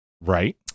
right